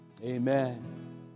Amen